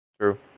True